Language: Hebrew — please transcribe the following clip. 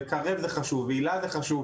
קרב זה חשוב והיל"ה זה חשוב.